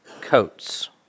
coats